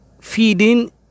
feeding